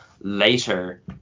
later